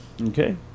okay